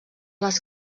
les